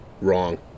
wrong